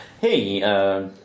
hey